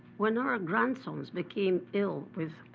when our grandsons became ill with